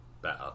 better